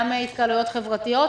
גם התקהלויות חברתיות,